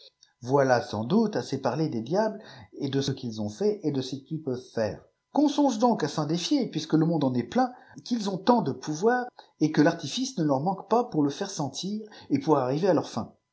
voilà sans doute assez parler des diables et de ce qu'ils ont fait et de ce qu'ils peuvent faire qu'un songe donc à s'en défier puisque le itionde en est pldtn qu'ils ont tant de pouvoir et que l'artifice ne leur manque pas pour ïe faire sentir et pour arriver à leurs fins